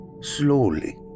slowly